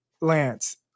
Lance